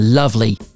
lovely